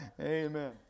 Amen